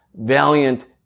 valiant